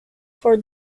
for